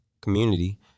community